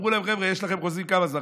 אמרו להם: חבר'ה, יש לכם חוזים, לכמה זמן?